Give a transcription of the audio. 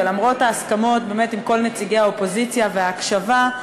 ולמרות ההסכמות באמת עם כל נציגי האופוזיציה וההקשבה,